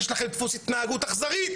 יש לכם דפוס התנהגות אכזרי,